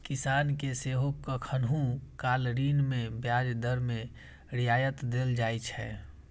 किसान कें सेहो कखनहुं काल ऋण मे ब्याज दर मे रियायत देल जाइ छै